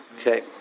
Okay